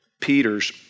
Peter's